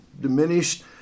diminished